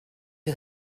you